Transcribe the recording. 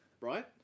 Right